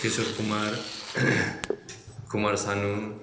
kisser Kumar Kumar Sanu